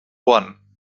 juan